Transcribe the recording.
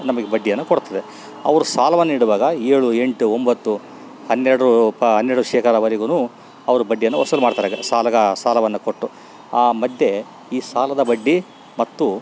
ನಮಗೆ ಬಡ್ಡಿಯನ್ನು ಕೊಡ್ತದೆ ಅವ್ರು ಸಾಲವನ್ನೀಡುವಾಗ ಏಳು ಎಂಟು ಒಂಬತ್ತು ಹನ್ನೆರಡು ಪ ಹನ್ನೆರಡು ಶೇಕಡವರೆಗುನೂ ಅವರು ಬಡ್ಡಿಯನ್ನು ವಸೂಲ್ಮಾಡ್ತಾರೆ ಸಾಲಗ ಸಾಲವನ್ನು ಕೊಟ್ಟು ಆ ಮಧ್ಯೆ ಈ ಸಾಲದ ಬಡ್ಡಿ ಮತ್ತು